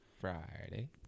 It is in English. Friday